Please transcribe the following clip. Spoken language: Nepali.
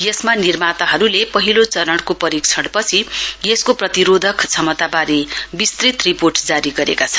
यसका निर्माताहरूको पहिलो चरणको परिक्षणपछि यसको प्रतिरोधक क्षमताबारे विस्तृत रिपोर्ट जारी गरेका छन्